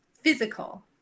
physical